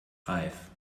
reif